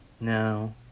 no